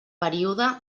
període